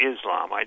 Islam